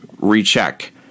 recheck